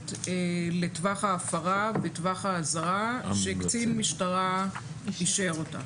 לטווח ההפרה וטווח האזהרה שקצין משטרה אישר אותה,